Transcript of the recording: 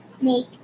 make